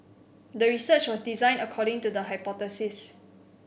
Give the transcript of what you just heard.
the research was designed according to the hypothesis